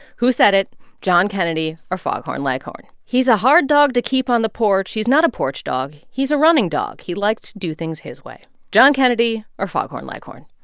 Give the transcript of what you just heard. who said it john kennedy or foghorn leghorn? he's a hard dog to keep on the porch. he's not a porch dog. he's a running dog. he likes to do things his way. john kennedy or foghorn leghorn?